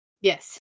Yes